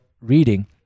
reading